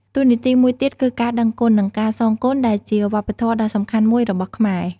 តួនាទីមួយទៀតគឺការដឹងគុណ និងការសងគុណដែលជាវប្បធម៌ដ៏សំខាន់មួយរបស់ខ្មែរ។